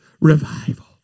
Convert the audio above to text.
revival